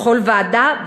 בכל ועדה,